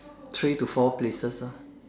three to four places ah